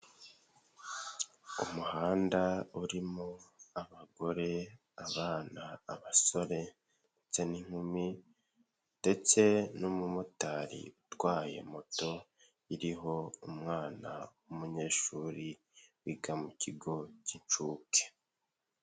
Umuhanda urimo, abagore, abana, abasore, ndetse n'inkumi ndetse n'umumotari utwaye moto iriho umwana w'umunyeshuri wiga mu kigo cy'incuke.